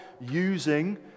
using